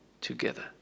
together